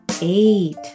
eight